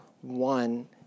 one